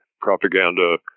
propaganda